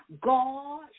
God